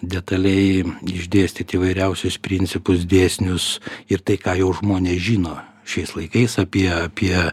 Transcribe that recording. detaliai išdėstyt įvairiausius principus dėsnius ir tai ką jau žmonės žino šiais laikais apie apie